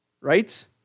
Right